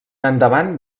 endavant